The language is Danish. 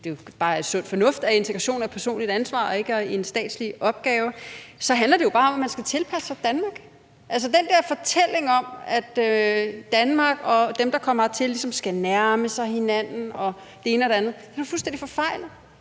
det jo bare er sund fornuft – at integration er et personligt ansvar og ikke er en statslig opgave, så handler det jo bare om, at man skal tilpasse sig Danmark. Altså, den der fortælling om, at Danmark og dem, der kommer hertil, ligesom skal nærme sig hinanden og det ene og det andet, er fuldstændig forfejlet.